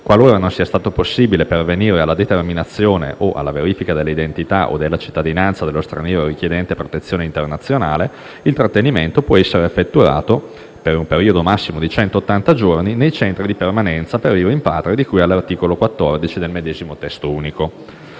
Qualora non sia stato possibile pervenire alla determinazione ovvero alla verifica dell'identità o della cittadinanza dello straniero richiedente protezione internazionale, il trattenimento può essere effettuato, per un periodo massimo di centottanta giorni, nei centri di permanenza per i rimpatri di cui all'articolo 14 del medesimo testo unico.